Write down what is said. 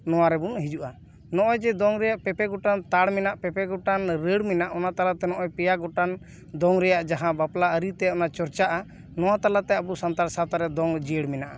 ᱱᱚᱣᱟ ᱨᱮᱵᱚᱱ ᱦᱤᱡᱩᱜᱼᱟ ᱚᱱ ᱚᱭ ᱡᱮ ᱫᱚᱝ ᱨᱮᱭᱟᱜ ᱯᱮᱯᱮ ᱜᱚᱴᱟᱝ ᱛᱟᱲ ᱢᱮᱱᱟᱜ ᱯᱮᱯᱮ ᱜᱚᱴᱟᱝ ᱨᱟᱹᱲ ᱢᱮᱱᱟᱜ ᱚᱱᱟ ᱛᱟᱞᱟᱛᱮ ᱱᱚᱜ ᱚᱭ ᱯᱮᱭᱟ ᱜᱚᱴᱟᱱ ᱫᱚᱝ ᱨᱮᱭᱟᱜ ᱡᱟᱦᱟᱸ ᱵᱟᱯᱞᱟ ᱟᱹᱨᱤ ᱛᱮ ᱚᱱᱟ ᱪᱚᱨ ᱪᱟᱜᱼᱟ ᱱᱚᱣᱟ ᱛᱟᱞᱟᱛᱮ ᱟᱵᱚ ᱥᱟᱱᱛᱟᱲ ᱥᱟᱶᱛᱟ ᱨᱮ ᱫᱚᱝ ᱡᱤᱭᱟᱹᱲ ᱢᱮᱱᱟᱜᱼᱟ